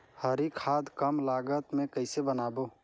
हरी खाद कम लागत मे कइसे बनाबो?